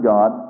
God